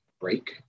break